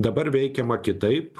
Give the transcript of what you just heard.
dabar veikiama kitaip